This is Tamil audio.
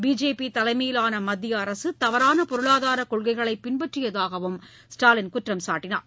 பிஜேபி தலைமையிலான மத்திய அரசு தவறான பொருளாதார கொள்கைகளை பின்பற்றியதாகவும் அவர் குற்றம் சாட்டினார்